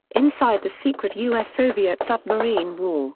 inside the secret u s. soviet submarine war